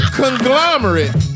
conglomerate